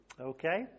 Okay